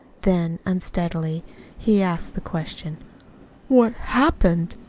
then, unsteadily he asked the question what happened?